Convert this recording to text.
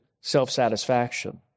self-satisfaction